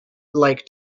like